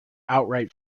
outright